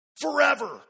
forever